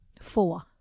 Four